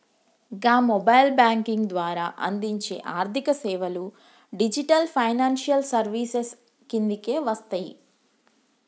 గా mobile banking ద్వారా అందించే ఆర్థికసేవలు డిజిటల్ ఫైనాన్షియల్ సర్వీసెస్ కిందకే వస్తయి